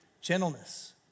gentleness